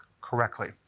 correctly